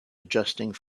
adjusting